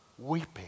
Weeping